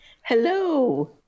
Hello